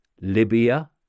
Libya